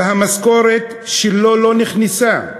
והמשכורת שלו לא נכנסה.